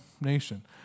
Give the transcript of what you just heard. nation